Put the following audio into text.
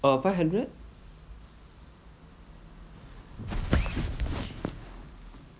uh five hundred